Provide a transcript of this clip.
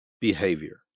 behavior